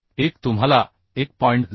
1 तुम्हाला 1